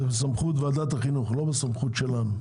הן בסמכות ועדת החינוך, ולא בסמכות שלנו.